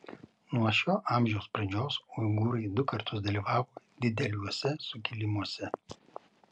nuo šio amžiaus pradžios uigūrai du kartus dalyvavo dideliuose sukilimuose